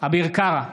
אביר קארה,